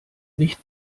nicht